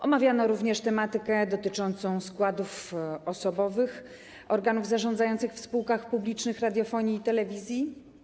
Omawiano również tematykę dotyczącą składów osobowych organów zarządzających w spółkach publicznych radiofonii i telewizji.